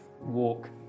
walk